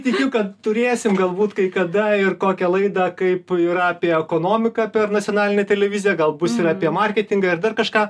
tikiu kad turėsim galbūt kai kada ir kokią laidą kaip yra apie ekonomiką per nacionalinę televiziją gal bus ir apie marketingą ir dar kažką